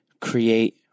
create